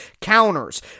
counters